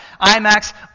IMAX